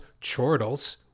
chortles